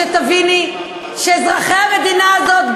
שתביני שאזרחי המדינה הזאת,